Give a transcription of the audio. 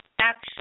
action